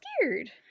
scared